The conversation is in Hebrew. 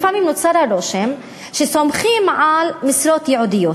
לפעמים נוצר הרושם שסומכים על משרות ייעודיות.